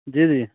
जी जी